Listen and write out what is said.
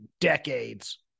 decades